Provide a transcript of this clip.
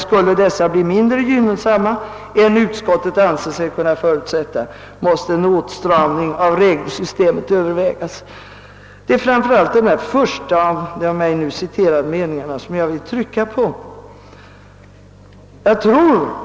Skulle dessa bli mindre gynnsamma än utskottet ansett sig kunna förutsätta, måste en åtstramning av regelsystemet övervägas.» Det är framför allt den första av mig citerade meningen som jag vill understryka.